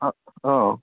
অঁ অঁ